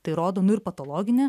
tai rodo nu ir patologinę